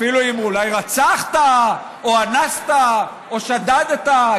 אפילו אם אולי רצחת או אנסת או שדדת,